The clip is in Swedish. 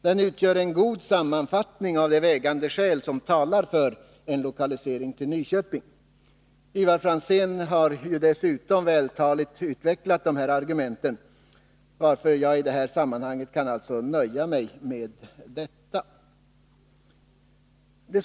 Den utgör en god sammanfattning av de vägande skäl som talar för en lokalisering till Nyköping. Ivar Franzén har dessutom vältaligt utvecklat de här argumenten, varför jag i det sammanhanget kan nöja mig med att hänvisa till det.